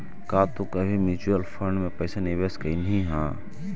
का तू कभी म्यूचुअल फंड में पैसा निवेश कइलू हे